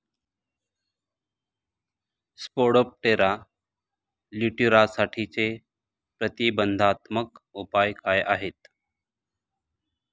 Spodoptera लिट्युरासाठीचे प्रतिबंधात्मक उपाय काय आहेत?